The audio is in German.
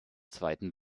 zweiten